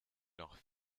noch